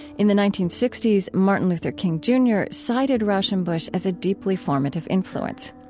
in the nineteen sixty s, martin luther king jr. cited rauschenbusch as a deeply formative influence.